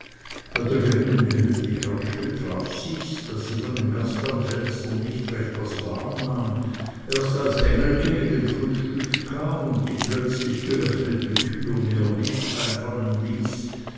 bei der geringen helle die herrschte traf sich's daß sie von dem gast am fenster nicht recht was wahrnahm erst als engelke mit dem frühstück kam und die plötzlich geöffnete tür mehr licht einfallen ließ